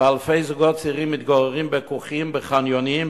ואלפי זוגות צעירים מתגוררים בכוכים, בחניונים,